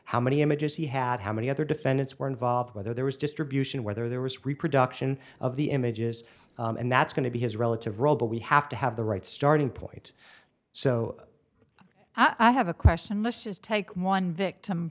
how many images he had how many other defendants were involved whether there was distribution whether there was reproduction of the images and that's going to be his relative role but we have to have the right starting point so i have a question let's just take one victim